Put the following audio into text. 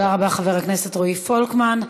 תודה רבה, חבר הכנסת רועי פולקמן.